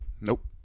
Nope